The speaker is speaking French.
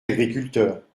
agriculteurs